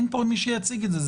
אין פה מי שיציג את זה,